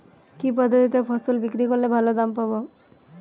কি পদ্ধতিতে ফসল বিক্রি করলে ভালো দাম পাব?